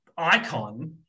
icon